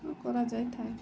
କରାଯାଇ ଥାଏ